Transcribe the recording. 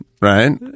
right